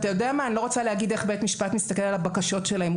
אני לא רוצה להגיד איך בית משפט מסתכל על הבקשות שלהם.